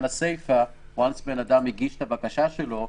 הסיפא ברגע שאדם הגיש את הבקשה שלו,